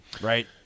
right